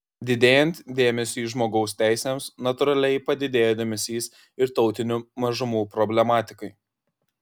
didėjant dėmesiui žmogaus teisėms natūraliai padidėjo dėmesys ir tautinių mažumų problematikai